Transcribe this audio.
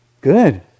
Good